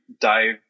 dive